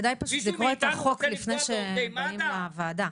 כדאי פשוט לקרוא את החוק לפני שבאים לוועדה,